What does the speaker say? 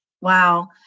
Wow